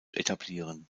etablieren